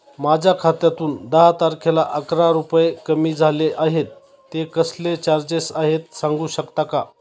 माझ्या खात्यातून दहा तारखेला अकरा रुपये कमी झाले आहेत ते कसले चार्जेस आहेत सांगू शकता का?